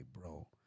bro